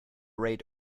rate